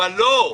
אבל לא,